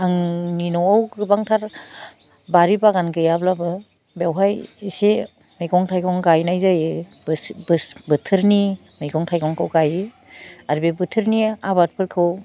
आंनि न'वाव गोबाथार बारि बागान गैयाब्लाबो बेवहाय एसे मैगं थाइगं गायनाय जायो बोस बोस बोथोरनि मैगं थाइगंखौ गाइयो आरो बे बोथोरनि आबादफोरखौ